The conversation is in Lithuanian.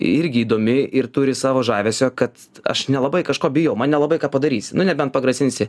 irgi įdomi ir turi savo žavesio kad aš nelabai kažko bijau man nelabai ką padarysi nu nebent pagrasinsi